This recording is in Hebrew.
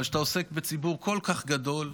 אבל כשאתה עוסק בציבור כל כך גדול,